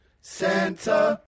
Santa